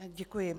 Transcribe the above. Děkuji.